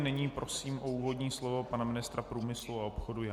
Nyní prosím o úvodní slovo pana ministra průmyslu a obchodu Jana Mládka.